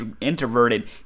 introverted